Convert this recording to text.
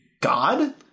God